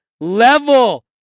level